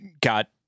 got